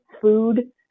food